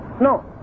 No